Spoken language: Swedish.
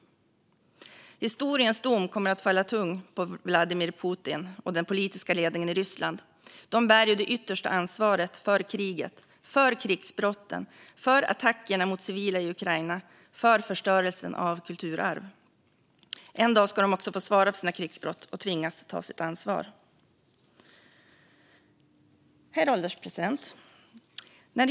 Historiens dom kommer att falla tungt på Vladimir Putin och den politiska ledningen i Ryssland. De bär det yttersta ansvaret för kriget, för krigsbrotten, för attackerna mot civila i Ukraina och för förstörelsen av kulturarv. En dag ska de också få svara för sina krigsbrott och tvingas att ta sitt ansvar. Herr ålderspresident!